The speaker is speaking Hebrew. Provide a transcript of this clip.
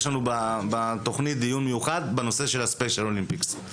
יש לנו בתוכנית דיון מיוחד בנושא של הספיישל אולימפיקס.